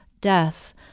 death